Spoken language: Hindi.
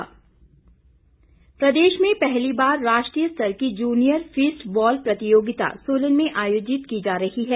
फिस्ट बॉल प्रदेश में पहली बार राष्ट्रीय स्तर की जूनियर फिस्ट बॉल प्रतियोगिता सोलन में आयोजित की जा रही है